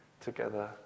together